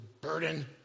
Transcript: burden